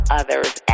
others